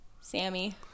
sammy